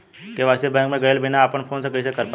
KYC bank मे गएले बिना अपना फोन से कइसे कर पाएम?